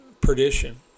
perdition